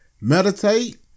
meditate